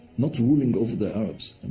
not ruling over the arabs.